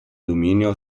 dominio